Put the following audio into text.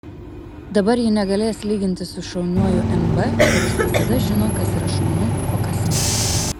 dabar ji negalės lygintis su šauniuoju mb kuris visada žino kas yra šaunu o kas ne